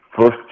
first